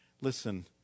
Listen